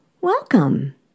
welcome